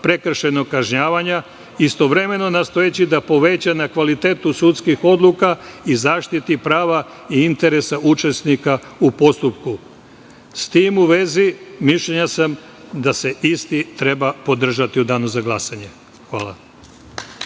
prekršajnog kažnjavanja, istovremeno nastojeći da poveća na kvalitetu sudskih odluka i zaštiti prava i interesa učesnika u postupku.S tim u vezi, mišljenja sam da se isti treba podržati u danu za glasanje. Hvala.